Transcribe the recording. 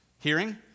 Hearing